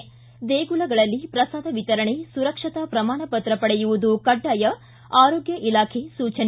್ತು ದೇಗುಲಗಳಲ್ಲಿ ಪ್ರಸಾದ ವಿತರಣೆ ಸುರಕ್ಷತಾ ಪ್ರಮಾಣ ಪತ್ರ ಪಡೆಯುವುದು ಕಡ್ಡಾಯ ಆರೋಗ್ಯ ಇಲಾಖೆ ಸೂಚನೆ